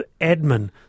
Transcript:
admin